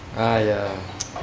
!aiya!